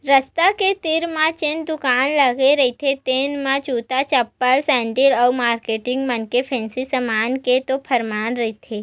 रद्दा के तीर म जेन दुकान लगे रहिथे तेन म जूता, चप्पल, सेंडिल अउ मारकेटिंग मन के फेंसी समान के तो भरमार रहिथे